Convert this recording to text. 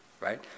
right